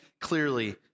clearly